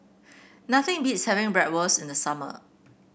nothing beats having Bratwurst in the summer